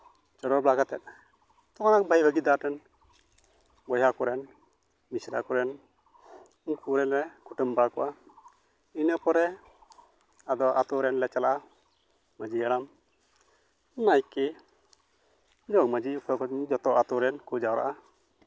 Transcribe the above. ᱪᱚᱰᱚᱨ ᱵᱟᱲᱟ ᱠᱟᱛᱮᱫ ᱵᱚᱭᱦᱟ ᱠᱚᱨᱮᱱ ᱢᱤᱥᱨᱟ ᱠᱚᱨᱮᱱ ᱩᱱᱠᱩ ᱨᱮᱱ ᱞᱮ ᱠᱩᱴᱟᱹᱢ ᱵᱟᱲᱟ ᱠᱚᱣᱟ ᱤᱱᱟᱹ ᱯᱚᱨᱮ ᱟᱫᱚ ᱟᱹᱛᱩ ᱨᱮᱱ ᱞᱮ ᱪᱟᱞᱟᱜᱼᱟ ᱢᱟᱺᱡᱷᱤ ᱦᱟᱲᱟᱢ ᱱᱟᱭᱠᱮ ᱡᱚᱜᱽ ᱢᱟᱺᱡᱷᱤ ᱚᱠᱚᱭ ᱠᱚᱫᱚ ᱡᱚᱛᱚ ᱟᱹᱛᱩ ᱨᱮᱱ ᱠᱚ ᱡᱟᱣᱨᱟᱜᱼᱟ